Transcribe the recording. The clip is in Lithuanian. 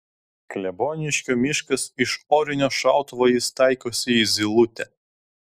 kleboniškio miškas iš orinio šautuvo jis taikosi į zylutę